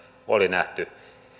oli nähty